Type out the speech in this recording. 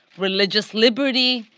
religious liberty,